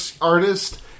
artist